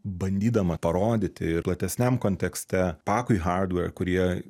bandydama parodyti platesniam kontekste pakui hardvei kurie